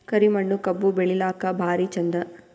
ಕರಿ ಮಣ್ಣು ಕಬ್ಬು ಬೆಳಿಲ್ಲಾಕ ಭಾರಿ ಚಂದ?